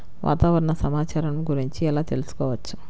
వాతావరణ సమాచారము గురించి ఎలా తెలుకుసుకోవచ్చు?